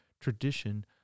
tradition